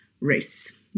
race